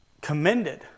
commended